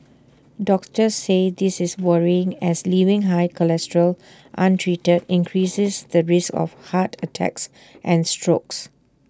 doctors say this is worrying as leaving high cholesterol untreated increases the risk of heart attacks and strokes